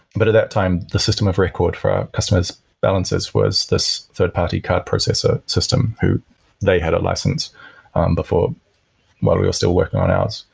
but at that time, the system of record for our customers balancers was this third-party card processor system who they had a license before while we were still working on ours.